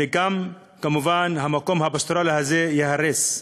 וגם, כמובן, המקום הפסטורלי הזה ייהרס.